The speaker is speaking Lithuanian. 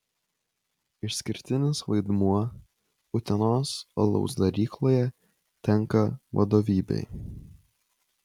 išskirtinis vaidmuo utenos alaus darykloje tenka vadovybei